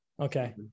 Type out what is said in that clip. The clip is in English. okay